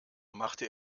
machte